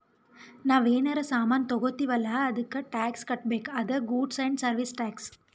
ನಾವ್ ಏನರೇ ಸಾಮಾನ್ ತಗೊತ್ತಿವ್ ಅಲ್ಲ ಅದ್ದುಕ್ ಟ್ಯಾಕ್ಸ್ ಕಟ್ಬೇಕ್ ಅದೇ ಗೂಡ್ಸ್ ಆ್ಯಂಡ್ ಸರ್ವೀಸ್ ಟ್ಯಾಕ್ಸ್